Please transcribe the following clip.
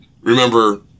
remember